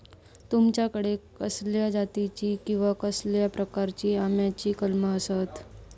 तुमच्याकडे कसल्या जातीची किवा कसल्या प्रकाराची आम्याची कलमा आसत?